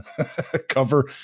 cover